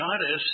goddess